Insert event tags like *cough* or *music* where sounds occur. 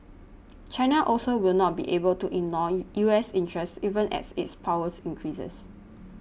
*noise* China also will not be able to ignore U S interests even as its power increases